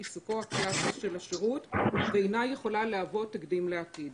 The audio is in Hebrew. עיסוקו הקלסי של השירות והיא אינה יכולה להוות תקדים לעתיד.